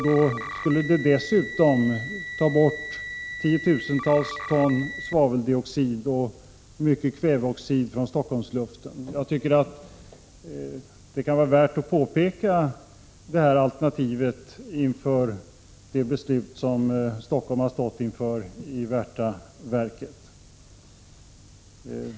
Det skulle dessutom ta bort tiotusentals ton svaveldioxid och mycket kväveoxid från Stockholmsluften. Det kan vara värt att peka på detta alternativ med tanke på Stockholms beslut i frågan om Värtanverket.